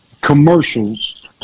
commercials